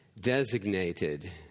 designated